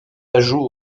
ajouts